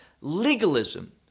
legalism